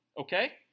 Okay